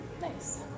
Nice